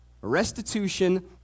restitution